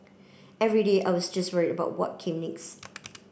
every day I was just worried about what came next